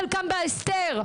חלקם בהסתר,